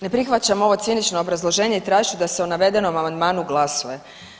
Ne prihvaćam ovo cinično obrazloženje i tražit ću da se o navedenom amandmanu glasuje.